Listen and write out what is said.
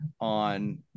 on